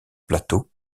plateau